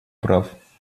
прав